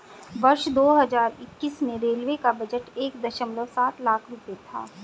वर्ष दो हज़ार इक्कीस में रेलवे का बजट एक दशमलव सात लाख रूपये था